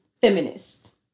feminist